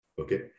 Okay